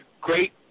great